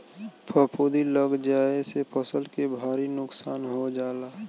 फफूंदी लग जाये से फसल के भारी नुकसान हो जाला